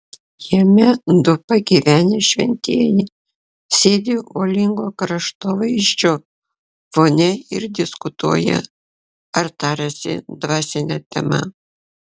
jame du pagyvenę šventieji sėdi uolingo kraštovaizdžio fone ir diskutuoja ar tariasi dvasine tema